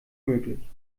möglich